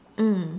mm